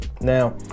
Now